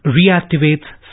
reactivates